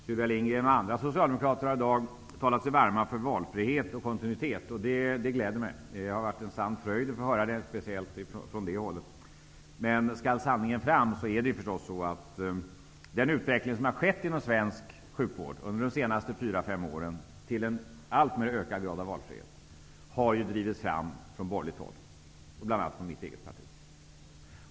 Sylvia Lindgren och andra socialdemokrater har i dag talat sig varma för valfrihet och kontinuitet, och det glädjer mig. Det har varit en sann fröjd att få höra, speciellt från det hållet. Skall sanningen fram så har den utveckling mot en allt större grad av valfrihet som ägt rum inom svensk sjukvård under de senaste fyra fem åren drivits fram från borgerligt håll, bl.a. av mitt eget parti.